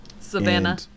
Savannah